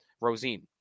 Rosine